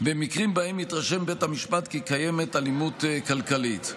במקרים שבהם התרשם בית המשפט כי קיימת אלימות כלכלית.